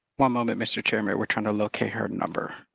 one moment, mr. chairman, we're trying to locate her number.